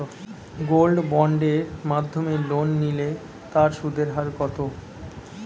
Gold বন্ডের মাধ্যমে loan নিলে তার সুদের হার কত?